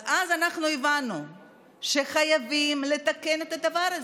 אז אנחנו הבנו שחייבים לתקן את הדבר הזה,